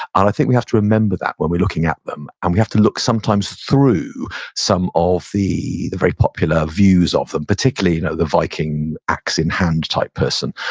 i think we have to remember that when we're looking at them and we have to look sometimes through some of the the very popular views of them, particularly and the viking ax-in-hand type person.